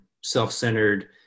self-centered